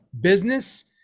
Business